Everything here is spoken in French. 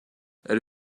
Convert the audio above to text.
elle